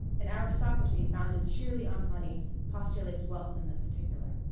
an aristocracy founded sheerly on money postulates wealth in the particular.